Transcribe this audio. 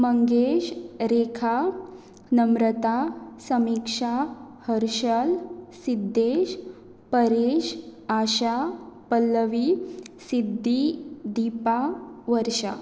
Mangesh Rekha Namrata Samiksha Harshal Siddhesh Paresh Asha Pallavi Siddhi Dipa Varsha